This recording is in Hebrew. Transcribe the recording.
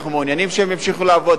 אנחנו מעוניינים שהם ימשיכו לעבוד,